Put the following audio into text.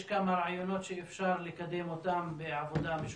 יש כמה רעיונות שאפשר לקדם אותם בעבודה משותפת.